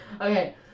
Okay